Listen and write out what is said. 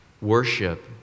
Worship